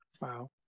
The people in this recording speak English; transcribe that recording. Wow